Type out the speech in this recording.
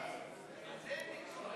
זה אין ויכוח.